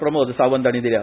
प्रमोद सांवत हाणी दिल्या